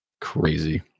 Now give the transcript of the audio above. Crazy